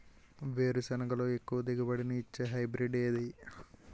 వేరుసెనగ లో ఎక్కువ దిగుబడి నీ ఇచ్చే హైబ్రిడ్ ఏది?